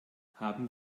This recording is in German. haben